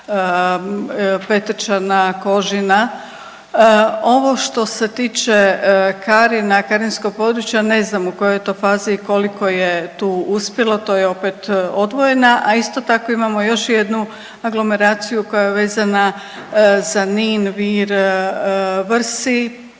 Petrčana, Kožina. Ovo što se tiče Karina, karinskog područja ne znam u kojoj je to fazi i koliko je tu uspjelo, to je opet odvojena, a isto tako imamo još jednu aglomeraciju koja je vezana za Nin, Vir, Vrsi,